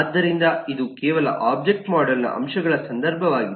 ಆದ್ದರಿಂದ ಇದು ಕೇವಲ ಒಬ್ಜೆಕ್ಟ್ ಮಾಡೆಲ್ನ ಅಂಶಗಳ ಸಂದರ್ಭವಾಗಿದೆ